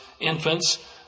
infants